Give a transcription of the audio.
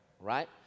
Right